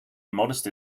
modest